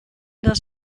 das